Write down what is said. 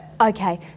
Okay